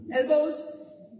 elbows